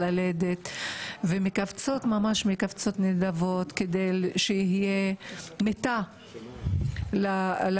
שעומדות ללדת וממש מקבצות נדבות כדי שתהיה מיטה לתינוק,